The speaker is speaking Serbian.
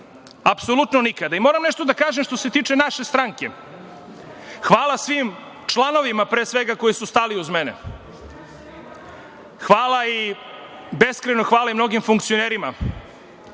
apsolutno nikada. Moram nešto da kažem što se tiče naše stranke, hvala svim članovima, pre svega, koji su stali uz mene. Hvala i beskrajno hvala i mnogim funkcionerima,